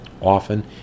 Often